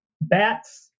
Bats